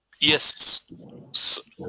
Yes